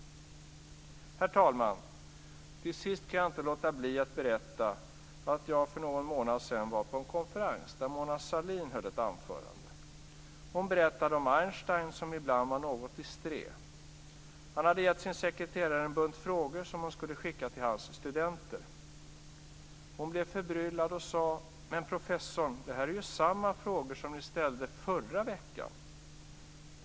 Herr talman! Till sist kan jag inte låta bli att berätta att jag för någon månad sedan var på en konferens där Mona Sahlin höll ett anförande. Hon berättade om Einstein, som ibland var något disträ. Han hade gett sin sekreterare en bunt frågor som hon skulle skicka till hans studenter. Hon blev förbryllad och sade: Men professorn, det här är ju samma frågor som ni ställde förra veckan.